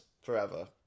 forever